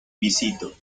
pisito